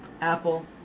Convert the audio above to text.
Apple